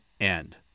end